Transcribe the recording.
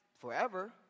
forever